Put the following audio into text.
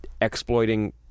exploiting